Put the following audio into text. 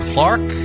Clark